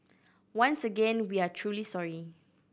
once again we are truly sorry